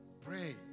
pray